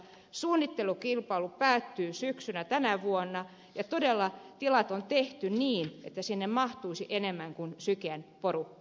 suunnittelukilpailu päättyy syksyllä tänä vuonna ja todella tilat on tehty niin että sinne mahtuisi enemmän kuin syken porukka